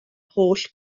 holl